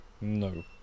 no